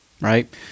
right